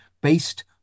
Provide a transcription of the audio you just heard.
based